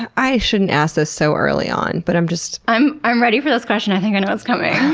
i shouldn't ask this so early on but i'm just, i'm i'm ready for this question, i think i know what's coming.